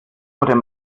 wurde